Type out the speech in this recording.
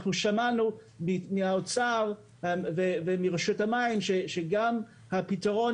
אנחנו שמענו מהאוצר ומרשות המים שגם הפתרון